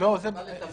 גדול לכל הצדדים.